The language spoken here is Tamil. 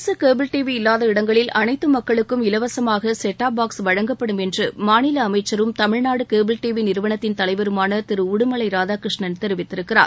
அரசு கேபிள் டி வி இல்லாத இடங்களில் அனைத்து மக்களுக்கும் இலவசமாக செட்டாப் பாக்ஸ் வழங்கப்படும் என்று மாநில அமைச்சரும் தமிழநாடு கேபிள் டி வி நிறுவனத்தின் தலைவருமான திரு உடுமலை ராதாகிருஷ்ணன் தெரிவித்திருக்கிறார்